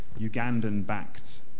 Ugandan-backed